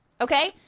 Okay